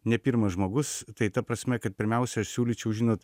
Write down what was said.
ne pirmas žmogus tai ta prasme kad pirmiausia siūlyčiau žinot